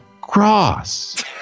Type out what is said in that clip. cross